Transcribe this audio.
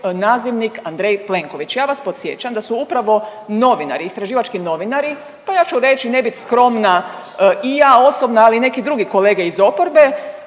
nazivnik Andrej Plenković. Ja vas podsjećam da su upravo novinari, istraživački novinari pa ja ću reći ne bit skromna i ja osobno, ali i neki drugi kolege iz oporbe